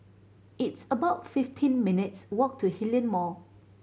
it's about fifteen minutes' walk to Hillion Mall